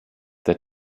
der